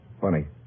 Funny